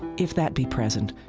if that be present,